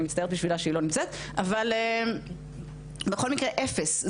אבל בכל מקרה אפס.